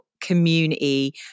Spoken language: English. community